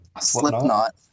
Slipknot